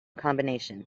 combination